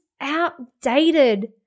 outdated